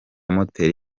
moteri